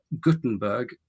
Gutenberg